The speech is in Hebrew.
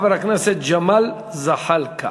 חבר הכנסת ג'מאל זחאלקה.